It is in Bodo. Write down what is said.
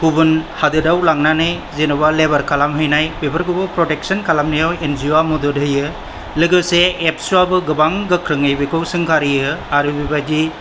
गुबुन हादोराव लांनानै जेनोबा लेबार खालाम हैनाय बेफोरखौबो प्रटेकशन खालामनायाव एन जि अवा मदद होयो लोगोसे एबसुवाबो गोबां गोख्रोङै बेखौ सोंखारियो आरो बेबायदि